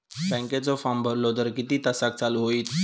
बँकेचो फार्म भरलो तर किती तासाक चालू होईत?